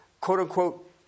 quote-unquote